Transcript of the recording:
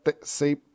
See